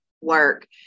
work